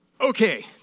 Okay